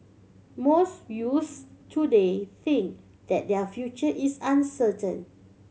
most youths today think that their future is uncertain